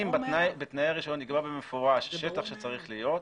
אם בתנאי הרישיון נקבע במפורש שטח שצריך להיות,